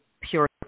pure